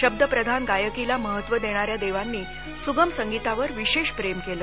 शब्दप्रधान गायकीला महत्त्व देणाऱ्या देवांनी सुगम संगीतावर विशेष प्रेम केलं